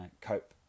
cope